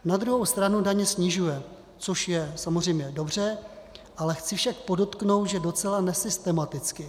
Na druhou stranu daně snižuje, což je samozřejmě dobře, chci však podotknout, že docela nesystematicky.